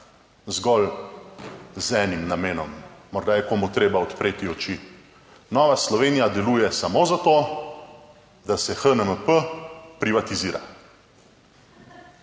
Zgolj z enim namenom? Morda je komu treba odpreti oči. Nova Slovenija deluje samo zato, da se HNMP privatizira.